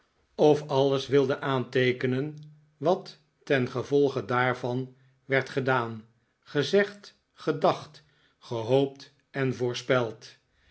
of alles wilden aanteekenen wat ten gevolge daarvan werd gedaan gezegd gedacht gehoopt en voorspeld